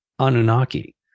Anunnaki